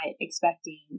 expecting